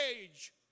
age